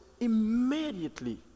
immediately